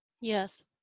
Yes